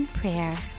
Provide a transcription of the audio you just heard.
Prayer